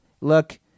look